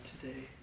today